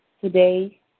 today